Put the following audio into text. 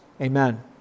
Amen